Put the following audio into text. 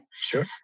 Sure